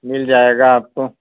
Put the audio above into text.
مل جائے گا آپ کو